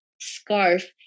scarf